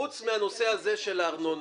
היות וחובות הארנונה,